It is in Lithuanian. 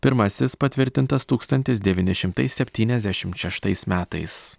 pirmasis patvirtintas tūkstantis devyni šimtai septyniasdešimt šeštais metais